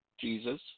Jesus